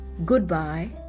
Goodbye